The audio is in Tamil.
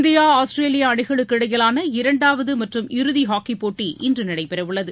இந்தியா ஆஸ்திரேலியா அணிகளுக்கு இடையிலாள இரண்டாவது மற்றும் இறுதி ஹாக்கிப் போட்டி இன்று நடைபெறவுள்ளது